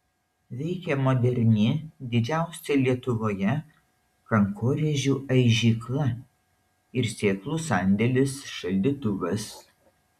veikia moderni didžiausia lietuvoje kankorėžių aižykla ir sėklų sandėlis šaldytuvas